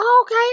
Okay